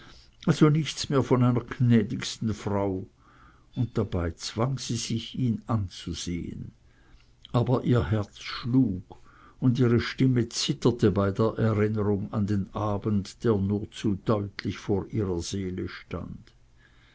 also nichts mehr von einer gnädigsten frau und dabei zwang sie sich ihn anzusehen aber ihr herz schlug und ihre stimme zitterte bei der erinnerung an den abend der nur zu deutlich vor ihrer seele stand